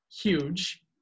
huge